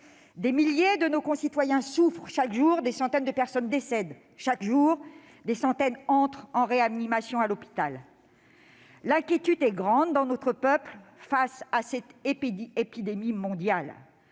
des milliers de nos concitoyens souffrent. Chaque jour, des centaines de personnes décèdent ; chaque jour des centaines d'autres entrent en réanimation à l'hôpital. L'inquiétude est grande dans notre peuple face à cette épidémie mondiale.